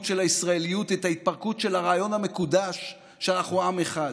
של הישראליות ואת ההתפרקות של הרעיון המקודש שאנחנו עם אחד.